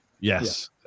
Yes